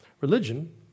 religion